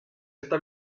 esta